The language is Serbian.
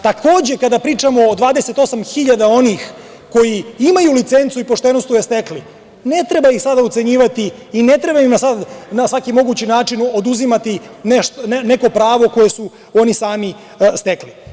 Takođe, kada pričamo o 28.000 onih koji imaju licencu i koji su je pošteno stekli, ne treba ih sada ucenjivati i ne treba im na svaki mogući način oduzimati neko pravo koje su oni sami stekli.